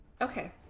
Okay